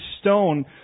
stone